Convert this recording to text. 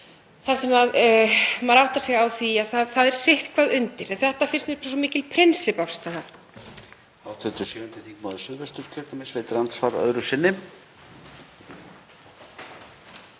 þar sem maður áttar sig á því að það er sitthvað undir. En þetta finnst mér bara svo mikil prinsipp-afstaða.